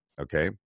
Okay